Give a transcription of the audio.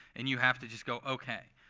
and you have to just go, ok.